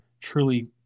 truly